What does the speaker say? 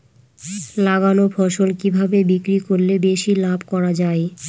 লাগানো ফসল কিভাবে বিক্রি করলে বেশি লাভ করা যায়?